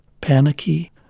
panicky